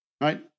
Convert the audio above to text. right